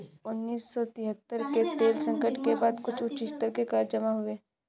उन्नीस सौ तिहत्तर के तेल संकट के बाद कुछ उच्च स्तर के कर्ज जमा हुए